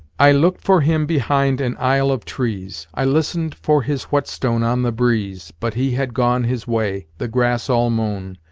i looked for him behind an isle of trees i listened for his whetstone on the breeze. but he had gone his way, the grass all mown,